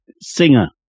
singer